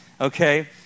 okay